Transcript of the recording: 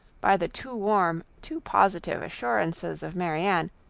by the too warm, too positive assurances of marianne,